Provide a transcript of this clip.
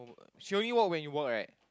she only work when you work right